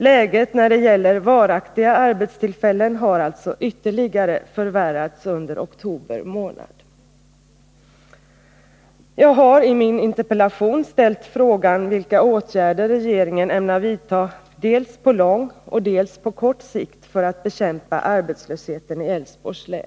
Läget när det gäller varaktiga arbetstillfällen har alltså ytterligare förvärrats under oktober månad.